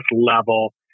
level